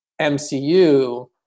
MCU